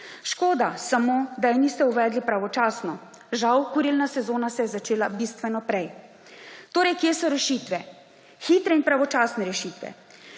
škoda samo, da je niste uvedli pravočasno. Žal se je kurilna sezona začela bistveno prej. Torej kje so rešitve? Hitre in pravočasne rešitve.